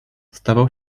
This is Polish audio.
stawał